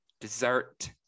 dessert